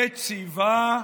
יציבה,